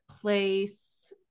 place